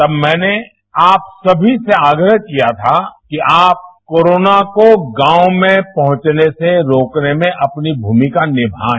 तब मैंने आप समी से आग्रह किया था कि आप कोरोना को गांव मैं पहुंचने से रोकने में अपनी भूमिका नियाएं